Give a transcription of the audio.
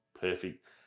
perfect